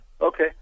Okay